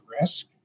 risk